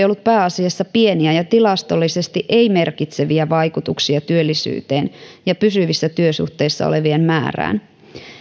ollut pääasiassa pieniä ja tilastollisesti ei merkitseviä vaikutuksia työllisyyteen ja pysyvissä työsuhteissa olevien määrään